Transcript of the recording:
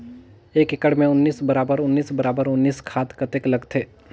एक एकड़ मे उन्नीस बराबर उन्नीस बराबर उन्नीस खाद कतेक लगथे?